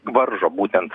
varžo būtent